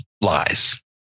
lies